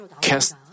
cast